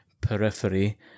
periphery